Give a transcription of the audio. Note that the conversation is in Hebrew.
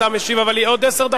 אתה משיב, אבל היא עוד עשר דקות.